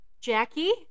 Jackie